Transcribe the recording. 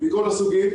מכל הסוגים.